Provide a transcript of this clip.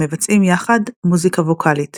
המבצעים יחד מוזיקה ווקאלית.